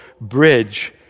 bridge